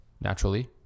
naturally